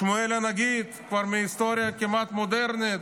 שמואל הנגיד, כבר מההיסטוריה הכמעט-מודרנית,